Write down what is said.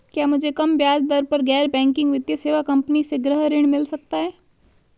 क्या मुझे कम ब्याज दर पर गैर बैंकिंग वित्तीय सेवा कंपनी से गृह ऋण मिल सकता है?